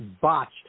botched